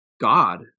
God